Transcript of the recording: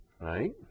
right